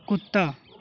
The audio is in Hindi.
कुत्ता